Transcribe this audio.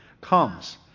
Comes